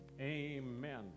amen